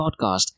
podcast